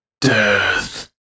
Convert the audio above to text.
death